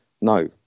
No